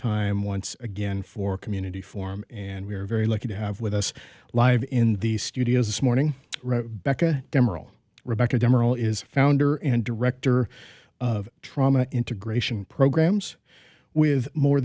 time once again for community form and we're very lucky to have with us live in the studio this morning becca rebecca demo is founder and director of trauma integration programs with more